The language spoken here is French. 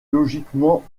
logiquement